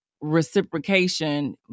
reciprocation